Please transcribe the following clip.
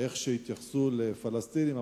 איך שהתייחסו לפלסטינים.